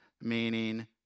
meaning